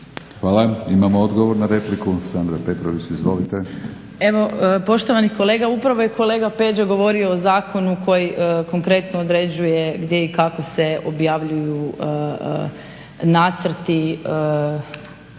Hvala. Imamo odgovor na repliku Sandra Petrović, izvolite. **Petrović Jakovina, Sandra (SDP)** Evo poštovani kolega, upravo je kolega Peđa govorio o zakonu koji konkretno određuje gdje i kako se objavljuju nacrti